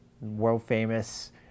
world-famous